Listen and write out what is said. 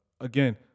again